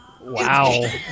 Wow